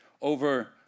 over